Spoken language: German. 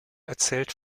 erzählt